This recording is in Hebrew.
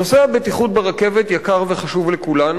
נושא הבטיחות ברכבת יקר וחשוב לכולנו.